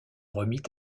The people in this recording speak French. remit